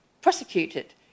prosecuted